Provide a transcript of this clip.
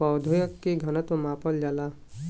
पौधा के घनत्व के मापल जाला